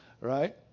right